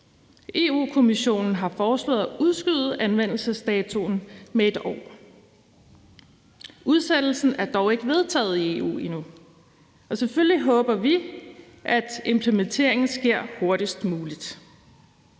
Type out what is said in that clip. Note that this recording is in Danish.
EU-kommissionen har foreslået at udskyde anvendelsesdatoen med et år. Udsættelsen er dog ikke vedtaget i EU endnu, og selvfølgelig håber vi, at implementeringen sker hurtigst muligt.